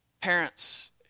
Parents